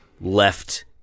left